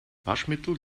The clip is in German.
waschmittel